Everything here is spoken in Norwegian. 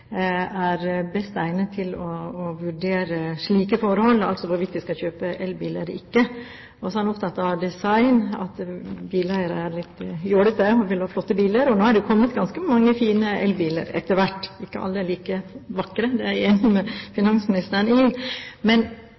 best egnet til å vurdere slike forhold, altså hvorvidt de skal kjøpe elbil eller ikke. Og så er han opptatt av design, at bileiere er litt jålete og vil ha flotte biler. Nå er det jo kommet ganske mange fine elbiler etter hvert – ikke alle like vakre, det er jeg enig med finansministeren i. Men